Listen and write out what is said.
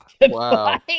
Wow